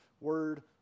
word